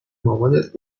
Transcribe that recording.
مامانت